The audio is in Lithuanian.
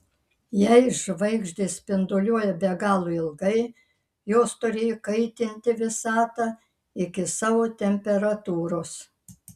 jei žvaigždės spinduliuoja be galo ilgai jos turėjo įkaitinti visatą iki savo temperatūros